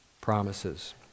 promises